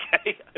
Okay